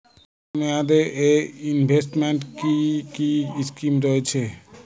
স্বল্পমেয়াদে এ ইনভেস্টমেন্ট কি কী স্কীম রয়েছে?